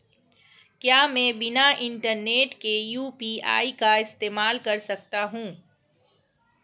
क्या मैं बिना इंटरनेट के यू.पी.आई का इस्तेमाल कर सकता हूं?